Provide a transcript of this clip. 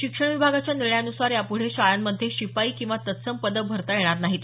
शिक्षण विभागाच्या निर्णयानुसार यापूढे शाळांमध्ये शिपाई किंवा तत्सम पदं भरता येणार नाहीत